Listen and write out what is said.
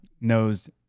knows